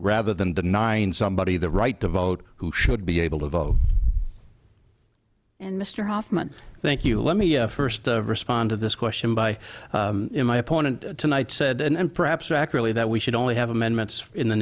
rather than denying somebody the right to vote who should be able to vote and mr hoffman thank you let me first respond to this question by my opponent tonight said and perhaps accurately that we should only have amendments in the